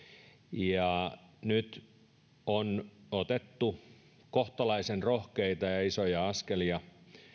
ja nyt on otettu kohtalaisen rohkeita ja isoja askelia